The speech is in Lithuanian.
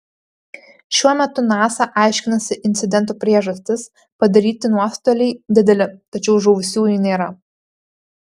šiuo metu nasa aiškinasi incidento priežastis padaryti nuostoliai dideli tačiau žuvusiųjų nėra